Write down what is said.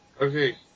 Okay